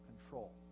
control